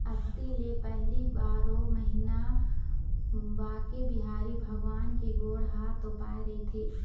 अक्ती ले पहिली बारो महिना बांके बिहारी भगवान के गोड़ ह तोपाए रहिथे